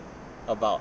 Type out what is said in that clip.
about